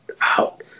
out